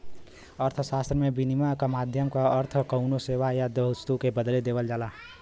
अर्थशास्त्र में, विनिमय क माध्यम क अर्थ कउनो सेवा या वस्तु के बदले देवल जाला